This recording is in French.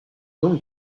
donc